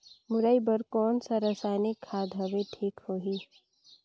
मुरई बार कोन सा रसायनिक खाद हवे ठीक होही?